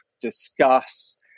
discuss